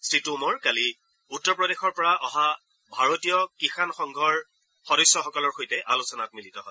শ্ৰীটোমৰে কালি উত্তৰ প্ৰদেশৰ পৰা অহা ভাৰতীয় কিষাণ সংঘৰ সদস্যসকলৰ সৈতে আলোচনাত মিলিত হয়